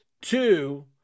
Two